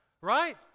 right